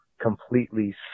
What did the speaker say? completely